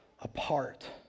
apart